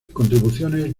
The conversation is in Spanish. contribuciones